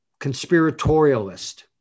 conspiratorialist